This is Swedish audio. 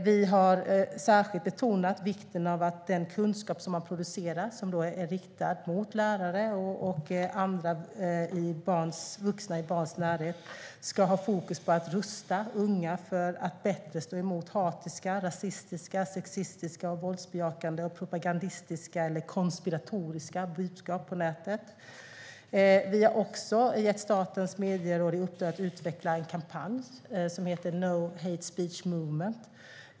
Vi har särskilt betonat vikten av att den kunskap som har producerats och är riktad till lärare och andra vuxna i barns närhet ska ha fokus på att rusta unga att bättre stå emot hatiska, rasistiska, sexistiska, våldsbejakande, propagandistiska eller konspiratoriska budskap på nätet. Vi har också gett Statens medieråd i uppdrag att utveckla en kampanj som heter No Hate Speech Movement.